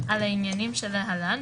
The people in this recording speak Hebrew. על העניינים שלהלן,